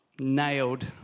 nailed